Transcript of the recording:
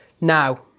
Now